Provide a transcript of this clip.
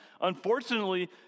unfortunately